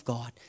God